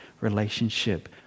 relationship